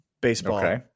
baseball